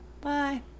Bye